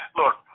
look